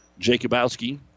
Jacobowski